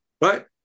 Right